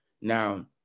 Now